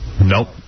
Nope